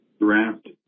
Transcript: draft